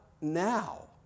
now